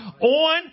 On